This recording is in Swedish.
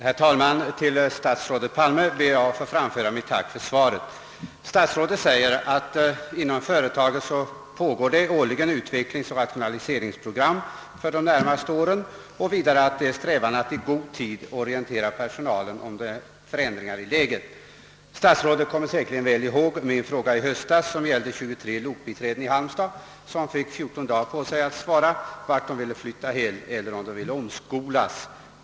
Herr talman! Jag ber att till statsrådet Palme få framföra mitt tack för svaret. Statsrådet säger att det inom SJ pågår årliga utvecklingsoch rationaliseringsprogram för de närmaste åren samt att man strävar efter att i god tid orientera personalen om alla förändringar i läget. Men statsrådet kommer säkerligen väl ihåg min fråga i höstas, där jag påtalade att 23 lokbiträden i Halmstad hade fått 14 dagar på sig att lämna besked om vart de ville flytta — Göteborg, Hälsingborg eller Malmö — eller om de ville omskolas.